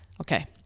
okay